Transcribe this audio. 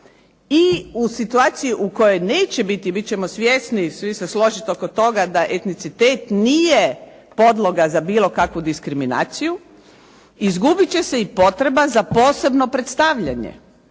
i u situaciji u kojoj nećemo biti, bit ćemo svjesni i svi se složiti oko toga da etnicitet nije bilo kakva podloga za bilo kakvu diskriminaciju, izgubit će se potreba za posebno predstavljanje